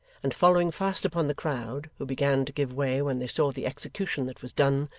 and following fast upon the crowd, who began to give way when they saw the execution that was done,